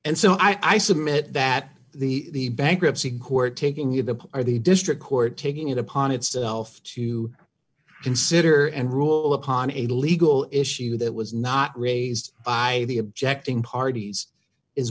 and so i submit that the bankruptcy court taking you the or the district court taking it upon itself to consider and rule upon a legal issue that was not raised by the objecting parties is